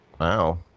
Wow